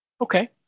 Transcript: Okay